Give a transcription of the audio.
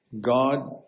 God